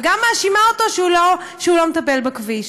וגם מאשימה אותו שהוא לא מטפל בכביש.